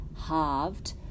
halved